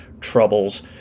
troubles